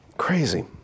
Crazy